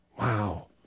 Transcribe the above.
Wow